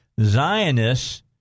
Zionists